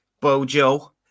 Bojo